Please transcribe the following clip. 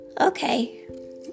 Okay